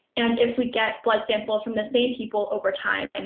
and if we get blood samples from the same people over time, and